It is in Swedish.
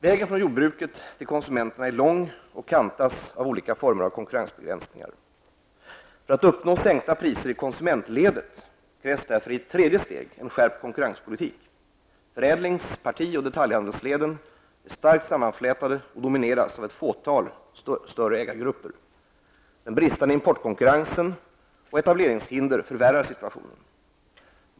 Vägen från jordbruket till konsumenterna är lång och kantas av olika former av konkurrensbegränsningar. För att uppnå sänkta priser i konsumentledet krävs därför i ett tredje steg en skärpt konkurrenspolitik. Förädlings-, parti och detaljhandelsleden är starkt sammanflätade och domineras av ett fåtal större ägargrupper. Den bristande importkonkurrensen och etableringshinder förvärrar situationen.